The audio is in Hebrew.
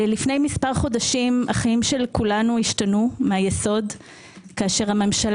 לפני מספר חודשים חיי כולנו השתנו מהיסוד כשהממשלה